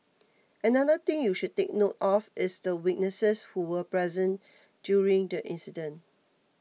another thing you should take note of is the witnesses who were present during the incident